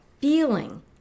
feeling